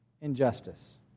injustice